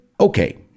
Okay